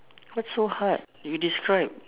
what's so hard you describe